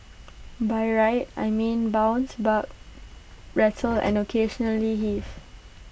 by ride I mean bounce buck rattle and occasionally heave